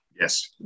Yes